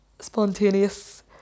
spontaneous